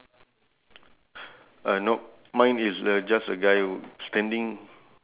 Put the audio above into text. ya uh I have four pears hanging four